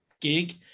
gig